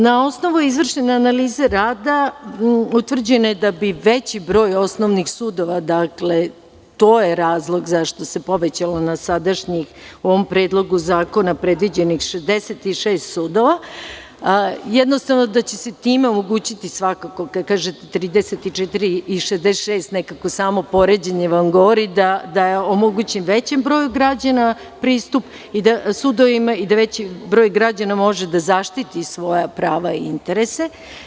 Na osnovu izvršene analize rada, utvrđeno je da bi veći broj osnovnih sudova, to je razlog zašto se povećalo na sadašnjih u ovom predlogu zakona predviđenih 66 sudova, jednostavno, da će se time omogućiti, kad kažete 34 i 66 nekako samo poređenje vam govori da je omogućen većem broju građana pristup sudovima i da veći broj građana može da zaštiti svoja prava i interese.